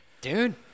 dude